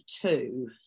two